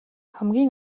хамгийн